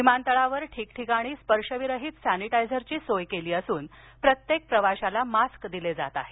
विमानतळावर ठिकठिकाणी स्पर्शविरहित सॅनीटायझरची सोय केली असून प्रत्येक प्रवाशाला मास्क दिले जात आहेत